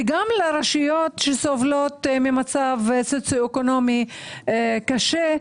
וגם לרשויות שסובלות ממצב סוציו-אקונומי קשה,